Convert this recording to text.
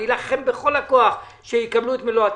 אני אלחם בכל הכוח שיקבלו מה שמגיע להם ואת מלוא התקציב.